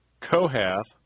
Kohath